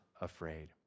afraid